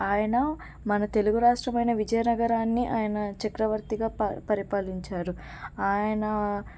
ఆయన మన తెలుగు రాష్ట్రమైన విజయనగరాన్ని ఆయన చక్రవర్తిగా ప పరిపాలించారు ఆయన